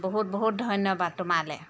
বহুত বহুত ধন্যবাদ তোমালৈ